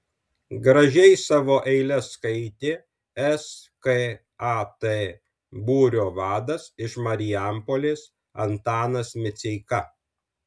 gražiai savo eiles skaitė skat būrio vadas iš marijampolės antanas miceika